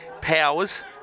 powers